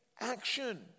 action